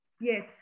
yes